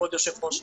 כבוד היושב ראש,,